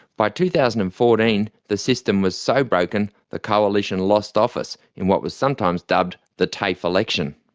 by two thousand and fourteen the system was so broken, the coalition lost office in what was sometimes dubbed the tafe election.